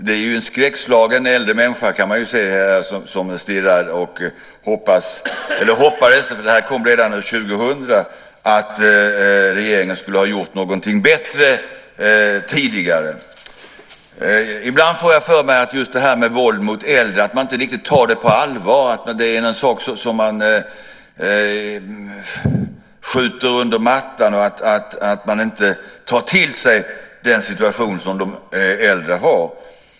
Den föreställer en skräckslagen äldre människa som stirrar och hoppas eller hoppades - den här studien kom redan år 2000 - att regeringen skulle ha gjort någonting bättre tidigare. Ibland får jag för mig att man inte riktigt tar det här med våld mot äldre på allvar. Det är en sak som man sopar under mattan, och man tar inte till sig den situation som de äldre har.